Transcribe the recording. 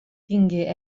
tingué